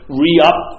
re-up